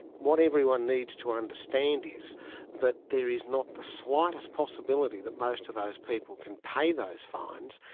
what everyone needs to understand is that there is not the slightest possibility that most of those people can pay those fines,